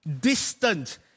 distant